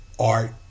Art